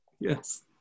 Yes